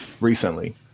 recently